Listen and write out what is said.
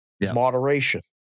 moderation